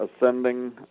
ascending